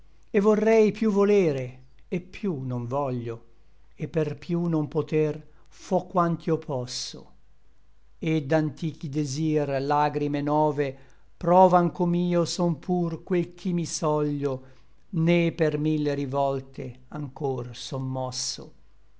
et vorrei piú volere et piú non voglio et per piú non poter fo quant'io posso e d'antichi desir lagrime nove provan com'io son pur quel ch'i mi soglio né per mille rivolte anchor son mosso